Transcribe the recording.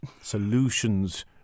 solutions